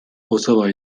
kosova